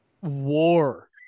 war